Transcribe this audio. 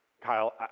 Kyle